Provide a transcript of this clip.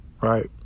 Right